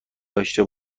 داشته